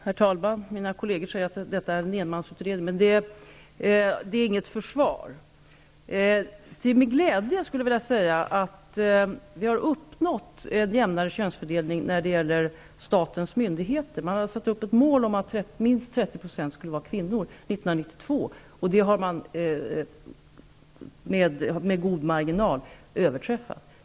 Herr talman! Mina kolleger säger att det är en enmansutredning, men det är inget försvar. Till min glädje, skulle jag vilja säga, har vi uppnått en jämnare könsfördelning när det gäller statens myndigheter. Man har satt upp ett mål att minst 30 % skall vara kvinnor år 1992. Det har man med god marginal överträffat.